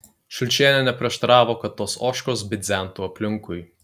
šulčienė neprieštaravo kad tos ožkos bidzentų aplinkui